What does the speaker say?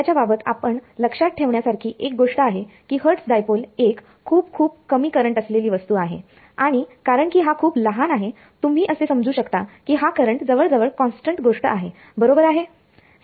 याच्या बाबत फक्त लक्षात ठेवण्यासारखी एक गोष्ट अशी आहे की हर्टस डायपोल एक खूप खूप कमी करंट असलेली वस्तू आहे आणि कारण की हा खूप लहान आहे तुम्ही असे समजू शकता की हा करंट जवळ जवळ कॉन्स्टंट गोष्ट आहे बरोबर आहे